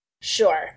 Sure